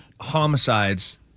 homicides